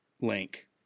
link